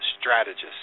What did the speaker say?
strategist